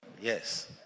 Yes